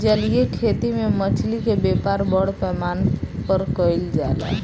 जलीय खेती में मछली के व्यापार बड़ पैमाना पर कईल जाला